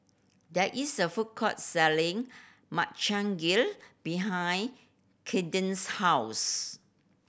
there is a food court selling Makchang Gui behind Kayden's house